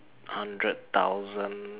hundred thousand